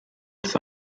its